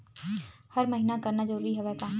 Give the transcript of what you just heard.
हर महीना करना जरूरी हवय का?